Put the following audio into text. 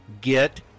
get